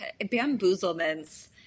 Bamboozlements